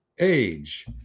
age